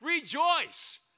rejoice